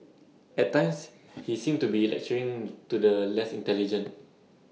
at times he seemed to be lecturing to the less intelligent